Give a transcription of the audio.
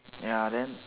ya then